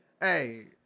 hey